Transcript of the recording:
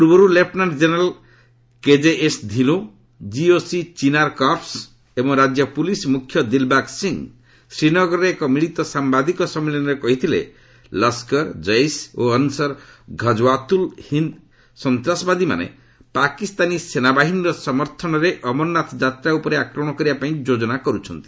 ପୂର୍ବରୁ lieutenant general KJS Dhillon GOC Chinar corps ଏବଂ ରାଜ୍ୟ ପୁଲିସ୍ ମୁଖ୍ୟ ଦିଲ୍ବାଗ୍ ସିଂ ଶ୍ରୀନଗରରେ ଏକ ମିଳିତ ସାମ୍ଭାଦିକ ସମ୍ମିଳନୀରେ କହିଥିଲେ ଲସ୍କର ଜେସ ଓ ଅନ୍ସର ଘଜ୍ୱାତୁଲ୍ ହିନ୍ଦ୍ ସନ୍ତାସବାଦୀମାନେ ପାକିସ୍ତାନୀ ସେନାବାହିନୀର ସମର୍ଥନରେ ଅମରନାଥ ଯାତ୍ରା ଉପରେ ଆକ୍ରମଣ କରିବାପାଇଁ ଯୋଜନା କର୍ରଛନ୍ତି